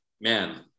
man